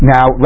Now